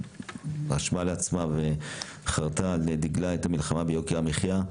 רשמה לעצמה וחרתה על דגלה את המלחמה ביוקר המחיה.